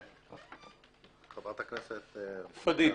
חברת כנסת פדידה,